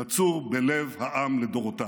נצור בלב העם לדורותיו.